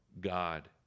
God